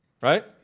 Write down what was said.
Right